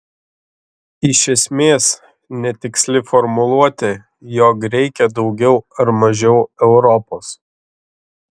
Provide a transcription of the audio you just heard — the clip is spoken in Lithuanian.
iš esmės netiksli formuluotė jog reikia daugiau ar mažiau europos